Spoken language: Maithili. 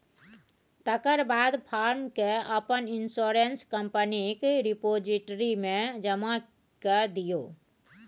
तकर बाद फार्म केँ अपन इंश्योरेंस कंपनीक रिपोजिटरी मे जमा कए दियौ